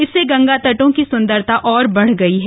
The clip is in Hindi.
इससे गंगा तटों की सुंदरता और बढ़ गई है